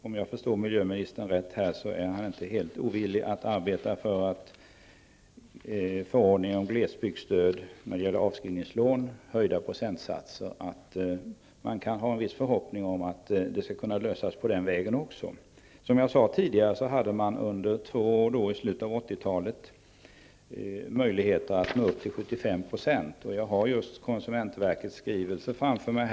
Om jag förstod miljöministern rätt är han inte helt ovillig till att arbeta för att det kan bli en lösning när det gäller avskrivningslån och höjda procentsatser genom förordningen om glesbygdsstöd. Som jag sade tidigare hade man under två år i slutet av 1980-talet möjlighet att nå upp till 75 %. Jag har konsumentverkets skrivelse framför mig.